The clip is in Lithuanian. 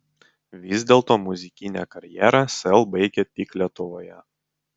vis dėlto muzikinę karjerą sel baigia tik lietuvoje